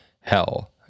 hell